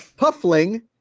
puffling